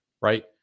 right